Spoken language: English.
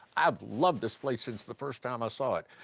i've loved this place since the first time i saw it,